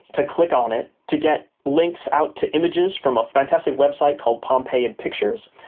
to click on it, to get links out to images from a fantastic website called pompeii in pictures.